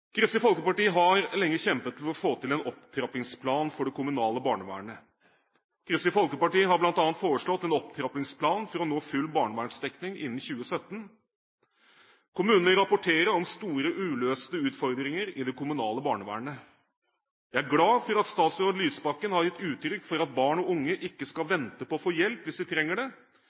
Kristelig Folkeparti har lenge kjempet for å få til en opptrappingsplan for det kommunale barnevernet. Kristelig Folkeparti har bl.a. foreslått en opptrappingsplan for å nå full barnevernsdekning innen 2017. Kommunene rapporterer om store uløste utfordringer i det kommunale barnevernet. Jeg er glad for at statsråd Lysbakken har gitt uttrykk for at barn og unge ikke skal vente på å få hjelp hvis de trenger det,